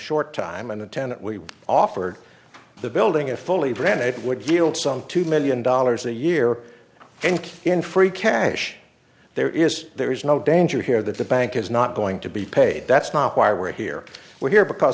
short time and the tenant we offered the building a fully ran it would yield some two million dollars a year and in free cash there is there is no danger here that the bank is not going to be paid that's not why we're here we're here because